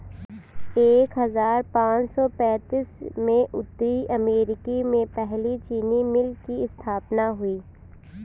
एक हजार पाँच सौ पैतीस में उत्तरी अमेरिकी में पहली चीनी मिल की स्थापना हुई